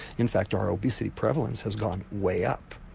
in fact our obesity prevalence has gone way up.